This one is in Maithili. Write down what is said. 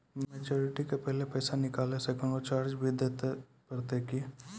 मैच्योरिटी के पहले पैसा निकालै से कोनो चार्ज भी देत परतै की?